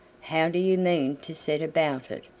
how do you mean to set about it?